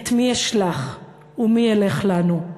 אֹמר: את מי אשלח ומי ילך לנו,